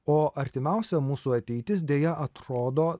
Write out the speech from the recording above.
o artimiausia mūsų ateitis deja atrodo